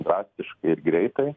drastiškai ir greitai